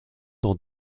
dans